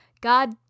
God